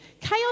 Chaos